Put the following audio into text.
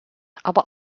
aber